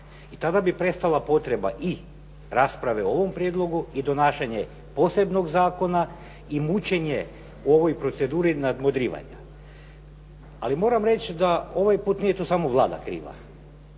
I tada bi prestala potreba i rasprave o ovom prijedlogu i donašanja posebnog zakona i mučenje u ovoj proceduri nadmudrivanja. Ali moram reći da ovaj put nije tu samo Vlada kriva.